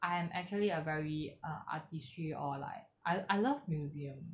I am actually a very uh artistry or like I I love museum